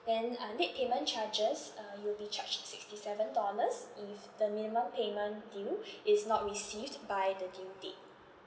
then uh late payment charges uh you'll be charged sixty seven dollars if the minimum payment due is not received by the due date